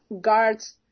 guards